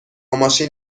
ماشین